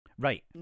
Right